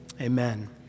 amen